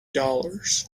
dollars